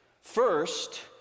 First